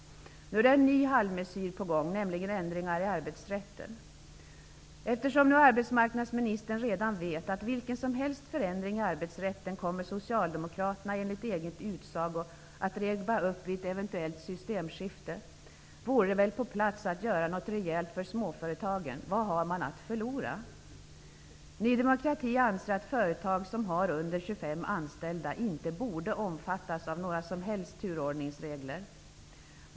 Nu är det en ny halvmesyr på gång, nämligen ändringar i arbetsrätten. Eftersom arbetsmarknadsministern redan vet att Socialdemokraterna enligt egen utsago kommer att riva upp alla förändringar i arbetsrätten vid ett eventuellt systemskifte, vore det väl på plats att göra något rejält för småföretagen. Vad har man att förlora? anställda inte borde omfattas av några som helst turordningsregler.